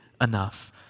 enough